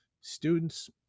students